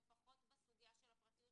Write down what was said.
ופחות בסוגיה של הפרטיות